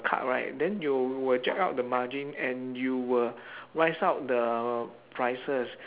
cut right then you will jack up the margin and you will rise up the prices